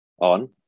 on